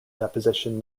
deposition